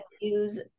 use